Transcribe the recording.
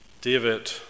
David